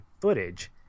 footage